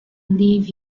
leave